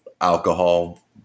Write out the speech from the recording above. alcohol